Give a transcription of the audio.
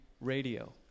radio